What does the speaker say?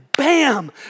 Bam